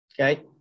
okay